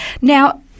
Now